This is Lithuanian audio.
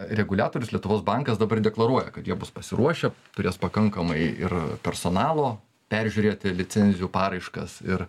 reguliatorius lietuvos bankas dabar deklaruoja kad jie bus pasiruošę turės pakankamai ir personalo peržiūrėti licencijų paraiškas ir